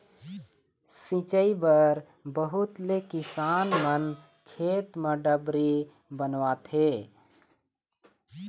सिंचई बर बहुत ले किसान मन खेत म डबरी बनवाथे